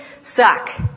suck